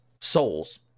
souls